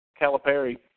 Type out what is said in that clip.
Calipari